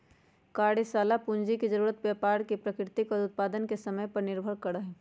कार्यशाला पूंजी के जरूरत व्यापार के प्रकृति और उत्पादन के समय पर निर्भर करा हई